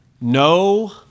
No